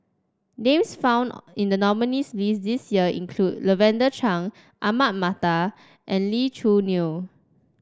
names found in the nominees' list this year include Lavender Chang Ahmad Mattar and Lee Choo Neo